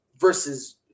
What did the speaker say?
versus